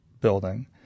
building